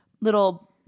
little